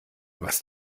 was